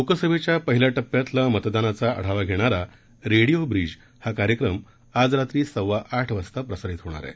लोकसभेच्या पहिल्या टप्प्यातल्या मतदानाचा आढावा घेणारा रेडिओ ब्रीज कार्यक्रम आज रात्री सव्वा आठ वाजता प्रसारित होणार आहे